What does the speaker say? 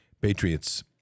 Patriots